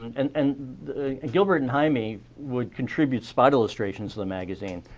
and and gilbert and jaime would contribute spot illustrations of the magazine.